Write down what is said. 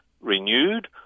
renewed